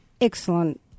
Excellent